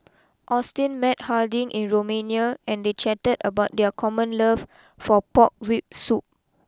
Austyn met Harding in Romania and they chatted about their common love for Pork Rib Soup